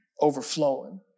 overflowing